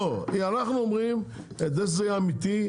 לא כי אנחנו אומרים כדי שזה יהיה אמיתי,